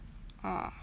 ah